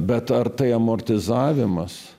bet ar tai amortizavimas